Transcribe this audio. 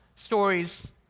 Stories